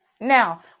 Now